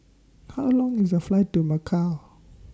How Long IS The Flight to Macau